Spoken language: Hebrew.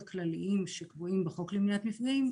כלליים שקבועים בחוק למניעת מפגעים,